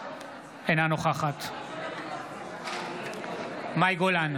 אינה נוכחת מאי גולן,